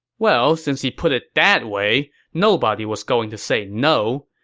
well, since he put it that way, nobody was going to say no.